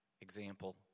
example